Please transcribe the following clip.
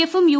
എഫും യു